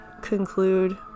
conclude